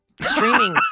Streaming